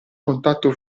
contatto